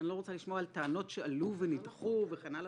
אני לא רוצה לשמוע על טענות שעלו ונדחו וכן הלאה.